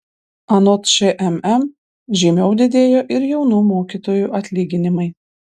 anot šmm žymiau didėjo ir jaunų mokytojų atlyginimai